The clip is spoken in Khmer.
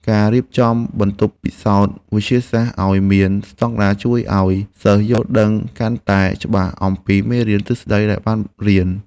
ការរៀបចំបន្ទប់ពិសោធន៍វិទ្យាសាស្ត្រឱ្យមានស្តង់ដារជួយឱ្យសិស្សយល់ដឹងកាន់តែច្បាស់អំពីមេរៀនទ្រឹស្តីដែលបានរៀន។